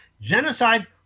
genocide